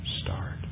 start